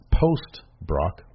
post-Brock